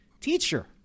teacher